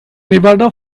nevada